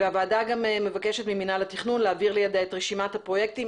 הוועדה מבקשת ממינהל התכנון להעביר לידיה את רשימת הפרויקטים